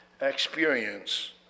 experience